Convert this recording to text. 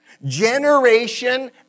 Generation